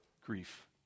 grief